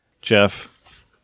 Jeff